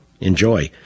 enjoy